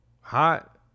hot